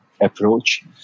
Approach